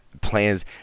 plans